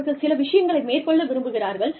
அவர்கள் சில விஷயங்களை மேற்கொள்ள விரும்புகிறார்கள்